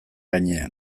gainera